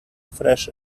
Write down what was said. fresh